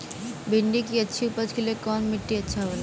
भिंडी की अच्छी उपज के लिए कवन मिट्टी अच्छा होला?